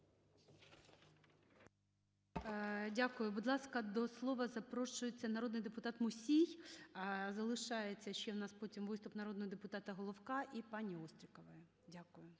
Дякую. Будь ласка, до слова запрошується народний депутат Мусій. Залишається ще в нас потім виступ народного депутата Головка і пані Острікової. Дякую.